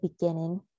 beginning